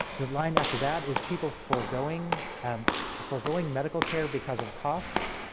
the line after that is people foregoing um foregoing medical care because of costs.